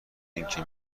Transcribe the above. اینکه